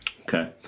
okay